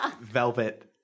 Velvet